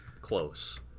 close